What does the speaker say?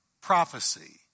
prophecy